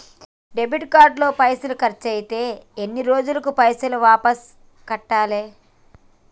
Credit card లో పైసల్ ఖర్చయితే ఎన్ని రోజులల్ల పైసల్ వాపస్ కట్టాలే?